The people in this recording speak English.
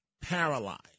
paralyzed